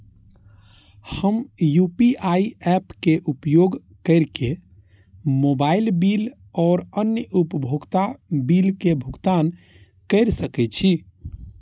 हम UPI apps के उपयोग केर के मोबाइल बिल और अन्य उपयोगिता बिल के भुगतान केर सके छी